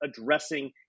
addressing